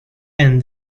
and